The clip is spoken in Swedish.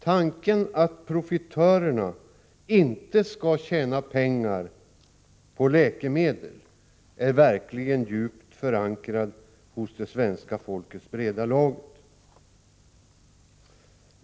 Tanken att profitörerna inte skall tjäna pengar på läkemedel är verkligen djupt förankrad i det svenska folkets breda lager.